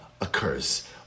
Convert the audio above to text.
occurs